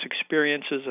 experiences